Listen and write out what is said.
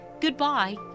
Goodbye